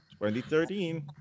2013